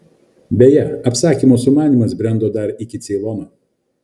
beje apsakymo sumanymas brendo dar iki ceilono